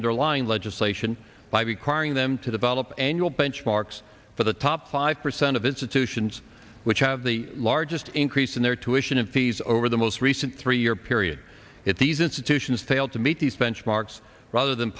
underlying legislation by requiring them to develop annual benchmarks for the top five percent of institutions which have the the largest increase in their tuitions and fees over the most recent three year period if these institutions fail to meet these benchmarks rather than